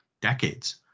decades